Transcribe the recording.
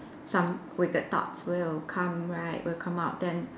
some wicked thoughts will come right will come out then